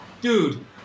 dude